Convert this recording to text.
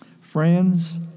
Friends